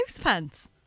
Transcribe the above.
pants